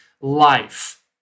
life